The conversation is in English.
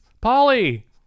polly